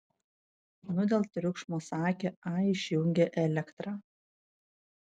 nu dėl triukšmo sakė ai išjungė elektrą